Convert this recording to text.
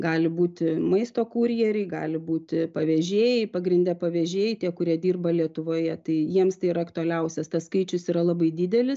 gali būti maisto kurjeriai gali būti vežėjai pagrinde pavėžėjai tie kurie dirba lietuvoje tai jiems tai yra aktualiausias tas skaičius yra labai didelis